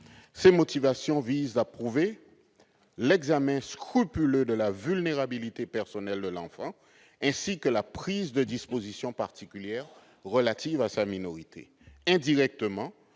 Ces motivations visent à prouver l'examen scrupuleux de la vulnérabilité personnelle de l'enfant, ainsi que la prise de dispositions particulières relativement à sa minorité.